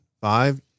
five